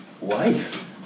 wife